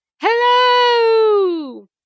hello